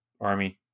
army